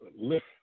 lift